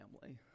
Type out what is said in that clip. family